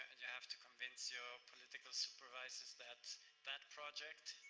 and you have to convince your political supervisors that that project,